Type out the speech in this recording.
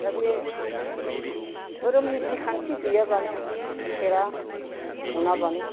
दा बे धोरोम निति खान्थि गैयाबानो इसोरा अनाबानो